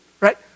right